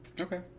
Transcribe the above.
Okay